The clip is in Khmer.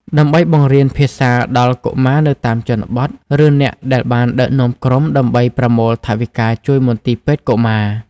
ដើម្បីបង្រៀនភាសាដល់កុមារនៅតាមជនបទ ឬអ្នកដែលបានដឹកនាំក្រុមដើម្បីប្រមូលថវិកាជួយមន្ទីរពេទ្យកុមារ។